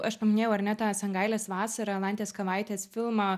aš paminėjau ar ne tą sangailės vasarą alantės kavaitė filmą